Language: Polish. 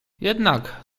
jednak